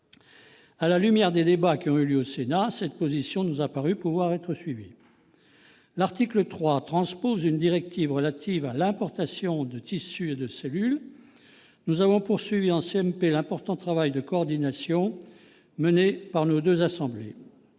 À la lumière des débats qui ont eu lieu au Sénat, cette position nous a paru pouvoir être suivie. L'article 3 tend à transposer une directive relative à l'importation de tissus et de cellules. Nous avons poursuivi en CMP l'important travail de coordination mené par nos deux assemblées.